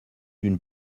d’une